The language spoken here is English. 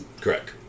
Correct